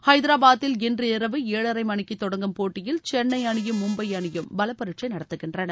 ஹைதராபாத்தில் இன்று இரவு ஏழரை மணிக்கு தொடங்கும் போட்டியில் சென்னை அணியும் மும்பை அணியும் பலப்பரிட்சை நடத்துகின்றன